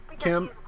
kim